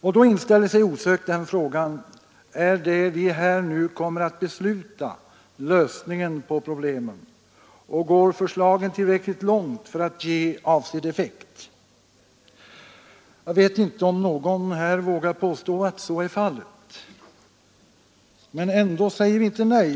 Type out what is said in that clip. Och då inställer sig osökt frågan: Är det vi här nu kommer att besluta lösningen på problemen, och går förslagen tillräckligt långt för att ge avsedd effekt? Jag vet inte om någon här vågar påstå att så är fallet. Men ändå säger vi inte nej.